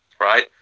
right